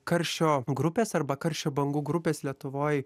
karščio grupės arba karščio bangų grupės lietuvoj